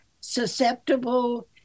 susceptible